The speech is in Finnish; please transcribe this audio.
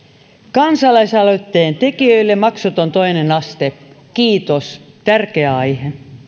kansalaisaloitteen tekijöille kiitos maksuton toinen aste tärkeä aihe